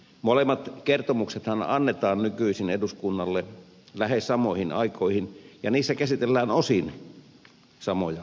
molemmat kertomuksethan annetaan nykyisin eduskunnalle lähes samoihin aikoihin ja niissä käsitellään osin samoja asioita